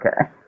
okay